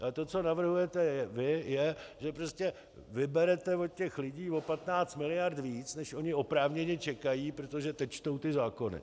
Ale to, co navrhujete vy, je, že prostě vyberete od těch lidí o 15 mld. víc, než oni oprávněně čekají, protože teď čtou ty zákony.